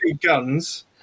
guns